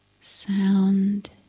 Sound